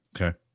Okay